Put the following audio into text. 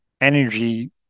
energy